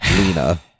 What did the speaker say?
lena